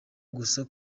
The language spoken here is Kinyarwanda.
gusa